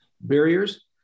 barriers